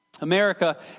America